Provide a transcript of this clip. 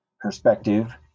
perspective